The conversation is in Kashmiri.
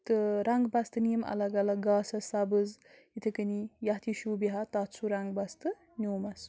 تہٕ رنٛگ بستہٕ نِیَم الگ الگ گاسَس سَبٕز یِتھَے کٔنی یَتھ یہِ شوٗبہِ ہا تَتھ سُہ رنٛگ بستہٕ نیوٗمَس